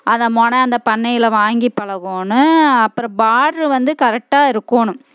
அதை முனை அந்த பண்ணையில் வாங்கி பழகணும் அப்பறம் பாட்ரு வந்து கரெட்டாக இருக்கணும்